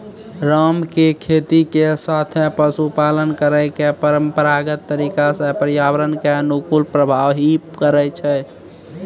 राम के खेती के साथॅ पशुपालन करै के परंपरागत तरीका स पर्यावरण कॅ अनुकूल प्रभाव हीं पड़ै छै